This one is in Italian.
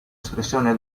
espressione